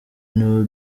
nibo